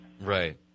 Right